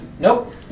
Nope